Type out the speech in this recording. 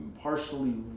partially